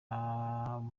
bwa